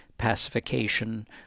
pacification